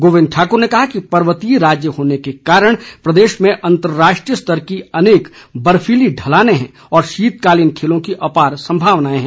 गोविंद ठाकुर ने कहा कि पर्वतीय राज्य होने के कारण प्रदेश में अंतर्राष्ट्रीय स्तर की अनेक बर्फीली ढलाने है और शीतकालीन खेलों की अपार संभावनाए हैं